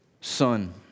son